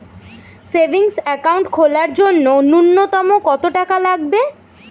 Savings account খোলার জন্য নূন্যতম কত টাকা লাগবে?